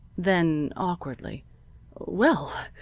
then, awkwardly well,